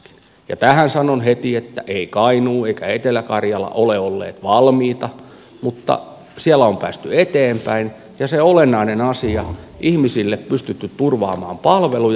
ja tähän sanon heti että eivät kainuu ja etelä karjala ole olleet valmiita mutta siellä on päästy eteenpäin ja se olennainen asia on että ihmisille on pystytty turvaamaan palveluja